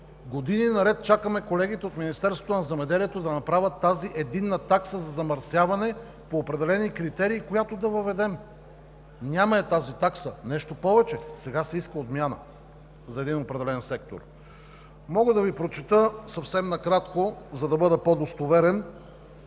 години наред чакаме колегите от Министерството на земеделието, храните и горите да направят тази Единна такса за замърсяване по определени критерии, която да въведем. Няма я тази такса! Нещо повече, сега се иска отмяна за един определен сектор. Мога да Ви прочета съвсем накратко, за да бъда по-достоверен,